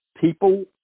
people